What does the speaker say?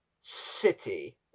city